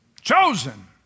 Chosen